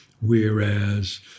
Whereas